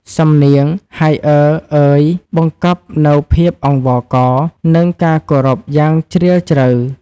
សំនៀង "ហៃអើ... អើយ" បង្កប់នូវភាពអង្វរករ និងការគោរពយ៉ាងជ្រាលជ្រៅ។